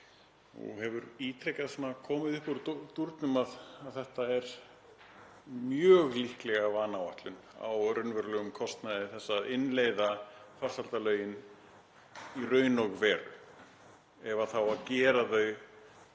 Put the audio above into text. Nú hefur ítrekað komið upp úr dúrnum að þetta er mjög líklega vanáætlun á raunverulegum kostnaði þess að innleiða farsældarlögin í raun og veru ef það á að gera það